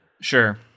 Sure